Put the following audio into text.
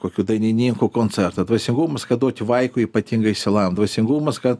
kokių dainininkų koncertą dvasingumas kad duoti vaikui ypatingą išsilavinimą dvasingumas kad